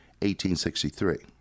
1863